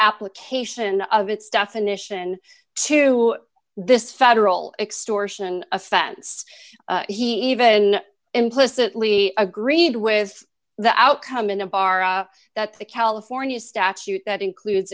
application of its definition to this federal extortion offense he even implicitly agreed with the outcome in a bar that the california statute that includes